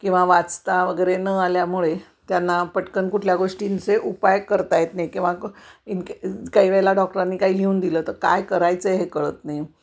किंवा वाचता वगैरे न आल्यामुळे त्यांना पटकन कुठल्या गोष्टींचे उपाय करता येत नाही किंवा क इनके काही वेळेला डॉक्टरांनी काही लिहून दिलं तर काय करायचं हे कळत नाही